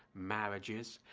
marriages,